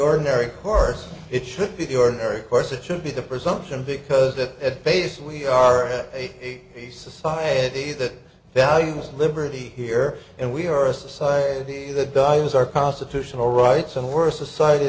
ordinary course it should be the ordinary course it should be the presumption because that basis we are at a society that values liberty here and we are a society that values our constitutional rights and worse a society